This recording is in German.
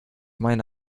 meine